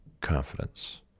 confidence